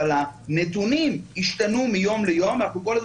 אבל הנתונים ישתנו מיום ליום ואנחנו כל הזמן